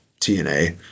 TNA